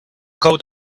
coat